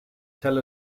tell